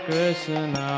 Krishna